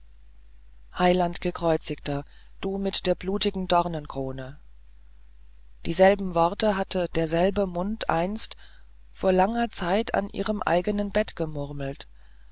heiland gekreuzigter du mit der blutigen dornenkrone dieselben worte hatte derselbe mund einst vor langer zeit an ihrem eigenen bette gemurmelt